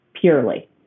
purely